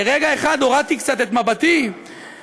לרגע אחד הורדתי קצת את מבטי ואמרתי: